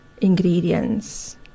ingredients